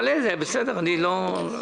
העלה את זה כשיגיע תורך.